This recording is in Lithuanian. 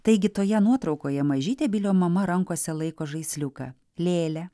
taigi toje nuotraukoje mažytė bilio mama rankose laiko žaisliuką lėlę